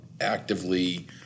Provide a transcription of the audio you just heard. actively